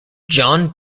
john